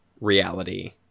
reality